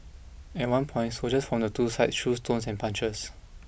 at one point soldiers from the two sides threw stones and punches